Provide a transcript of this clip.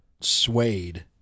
suede